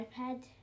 iPad